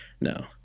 No